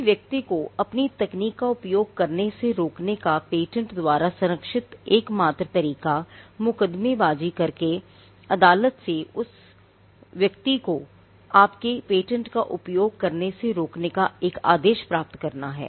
किसी व्यक्ति को अपनी तकनीक का उपयोग करने से रोकने का पेटेंट द्वारा संरक्षित एकमात्र तरीक़ा मुकदमेबाजी करके अदालत से उस व्यक्ति को आपके पेटेंट का उपयोग करने से रोकने का एक आदेश प्राप्त करना है